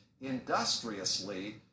industriously